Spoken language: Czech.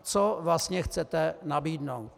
Co vlastně chcete nabídnout?